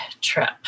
trip